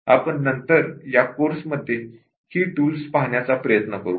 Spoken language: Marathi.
आपण नंतर या कोर्समध्ये ही टूल्स पाहण्याचा प्रयत्न करू